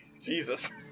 Jesus